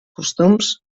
costums